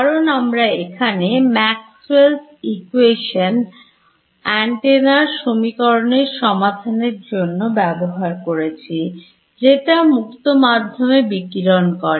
কারণ আমরা এখানে Maxwells ইকোয়েশন অ্যান্টেনা এর সমীকরণ সমাধানের জন্য ব্যবহার করছি যেটা মুক্ত মাধ্যমে বিকিরণ করে